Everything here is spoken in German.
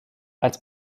als